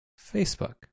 Facebook